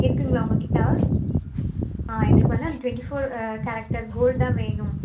இருக்குங்களா உங்கள் கிட்ட ஆ எங்களுக்கு வந்து அந்த ட்வெண்ட்டி ஃபோர் கேரக்ட்டர் கோல்ட் தான் வேணும்